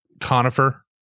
conifer